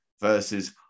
versus